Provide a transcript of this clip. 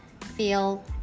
feel